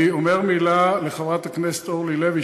אני אומר מילה לחברת הכנסת אורלי לוי,